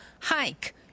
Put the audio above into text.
Hike